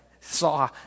saw